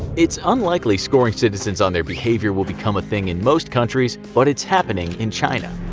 it's unlikely scoring citizens on their behavior will become a thing in most countries, but it's happening in china.